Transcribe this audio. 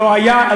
לא היה,